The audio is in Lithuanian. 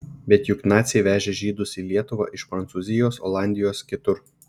bet juk naciai vežė žydus į lietuvą iš prancūzijos olandijos kitur